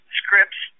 scripts